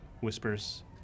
whispers